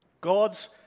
God's